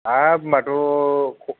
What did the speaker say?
हाब होमब्लाथ'